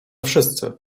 wszyscy